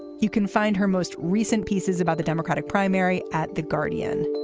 you can find her most recent pieces about the democratic primary at the guardian.